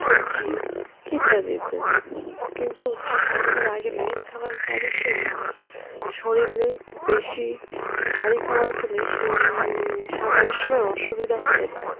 সবজি ইত্যাদি ইত্যাদি কিন্তু সাঁতার কাটার আগে লাইট খাবার অবশ্যই খাবেন শরীরে বেশি ভারী খাবার খেলে সো সাঁতারের সময় অসুবিধা হতে পারে